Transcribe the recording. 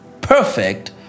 perfect